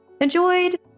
enjoyed